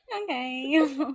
Okay